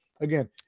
Again